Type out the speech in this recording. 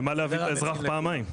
למה להביא את האזרח פעמיים?